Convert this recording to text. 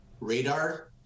radar